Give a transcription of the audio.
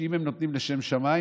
שאם הם נותנים לשם שמיים,